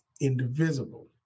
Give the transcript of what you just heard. indivisible